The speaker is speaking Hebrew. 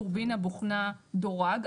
טורבינה בוכנה דורג.